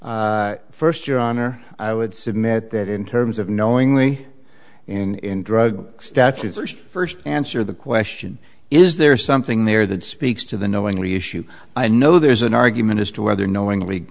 first your honor i would submit that in terms of knowingly in drug statute first first answer the question is there something there that speaks to the knowingly issue i know there's an argument as to whether knowingly